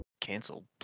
canceled